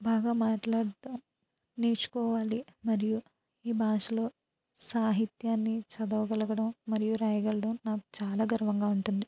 బాగా మాట్లాడుతా నేర్చుకోవాలి మరియు ఈ భాషలో సాహిత్యాన్ని చదవగలగడం మరియు రాయగలగడం నాకు చాలా గర్వంగా ఉంటుంది